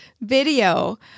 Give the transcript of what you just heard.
video